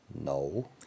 No